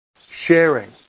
sharing